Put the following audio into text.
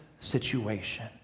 situation